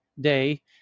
day